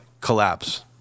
collapse